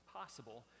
possible